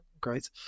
great